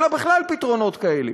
אין לה בכלל פתרונות כאלה.